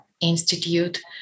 Institute